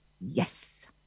Yes